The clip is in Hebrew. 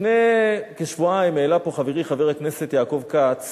לפני כשבועיים העלה פה חברי חבר הכנסת יעקב כץ